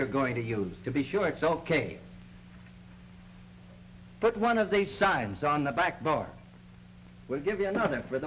you're going to use to be sure it's ok put one of these signs on the back bar will give you another for